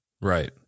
Right